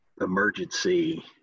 emergency